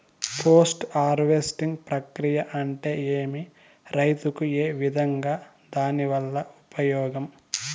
Post harvesting ప్రక్రియ అంటే ఏమి? రైతుకు ఏ విధంగా దాని వల్ల ఉపయోగం?